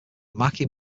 mackie